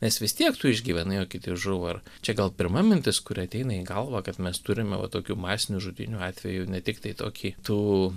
nes vis tiek tu išgyvenai o kiti žuvo ir čia gal pirma mintis kuri ateina į galvą kad mes turime va tokių masinių žudynių atvejų ne tiktai tokį tų